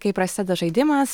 kai prasideda žaidimas